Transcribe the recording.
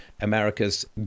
America's